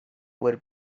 would